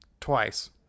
twice